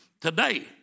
today